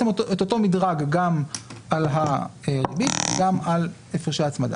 אותו מידרג גם על הריבית וגם על הפרשי הצמדה.